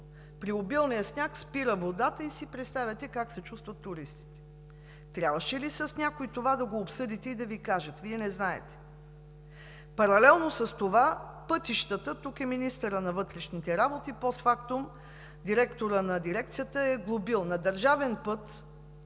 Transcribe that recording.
При обилния сняг спира водата и си представете как се чувстват туристите? Трябваше ли с някой това да го обсъдите и да Ви кажат? Вие не знаете? Паралелно с това пътищата, тук е министърът на вътрешните работи, постфактум директорът на дирекцията е глобил... На държавен път